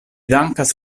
dankas